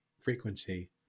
frequency